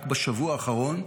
רק בשבוע האחרון,